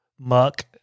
muck